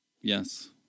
Yes